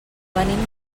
venim